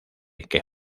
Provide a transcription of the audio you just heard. que